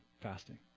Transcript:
fasting